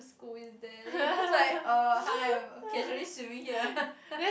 school is there then you just like uh hi I'm casually swimming here